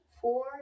four